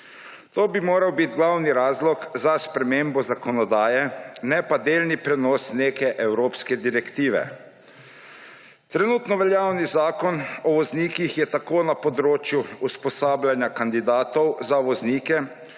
To bi moral biti glavni razlog za spremembo zakonodaje, ne pa delni prenos neke evropske direktive. Trenutno veljavni Zakon o voznikih je tako na področju usposabljanja kandidatov za voznike